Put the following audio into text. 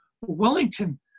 Wellington